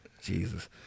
Jesus